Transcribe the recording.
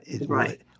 Right